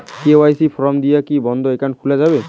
KYC form দিয়ে কি বন্ধ একাউন্ট খুলে যাবে?